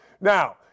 Now